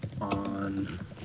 on